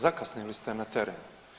Zakasnili ste na teren.